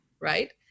right